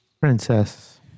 Princess